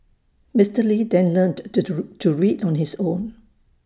Mister lee then learnt to read on his own